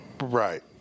Right